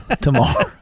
tomorrow